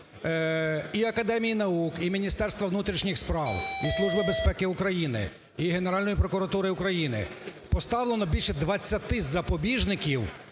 і Академії наук, і Міністерства внутрішніх справ, і Служби безпеки України, і Генеральної прокуратури України. Поставлено більше 20 запобіжників,